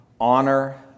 Honor